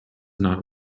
not